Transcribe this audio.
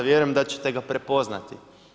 Vjerujem da ćete ga prepoznati.